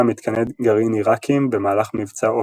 מתקני גרעין עיראקיים במהלך מבצע אופרה.